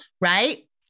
right